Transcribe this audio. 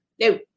No